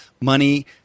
money